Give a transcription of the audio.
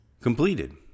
completed